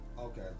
Okay